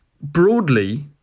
Broadly